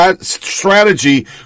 strategy